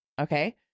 Okay